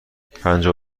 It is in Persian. پجاه